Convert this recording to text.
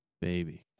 baby